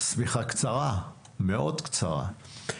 השמיכה קצרה, מאוד קצרה.